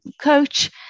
coach